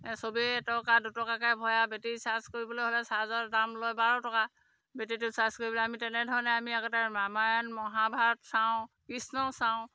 চবেই এটকা দুটকাকৈ ভৰাই বেটেৰী চাৰ্জ কৰিবলৈ ভাবে চাৰ্জৰ দাম লয় বাৰ টকা বেটেৰীটো চাৰ্জ কৰিবলৈ আমি তেনেধৰণে আমি আগতে ৰামায়ণ মহাভাৰত চাওঁ কৃষ্ণ চাওঁ